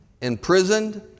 imprisoned